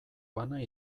bana